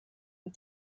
and